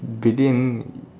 billion